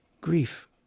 grief